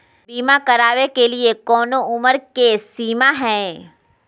बीमा करावे के लिए कोनो उमर के सीमा है?